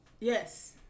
Yes